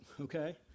okay